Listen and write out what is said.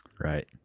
Right